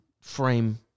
frame